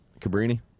Cabrini